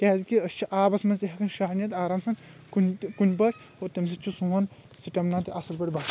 کیٛازِ کہِ أسۍ چھِ آبس منٛز تہِ ہیٚکان شاہ نِتھ آرام سان کُنہِ تہِ کُنہِ پٲٹھۍ اور تمہِ سۭتۍ چھُ سون سٹمنا تہِ اصل پٲٹھۍ باسان